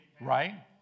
Right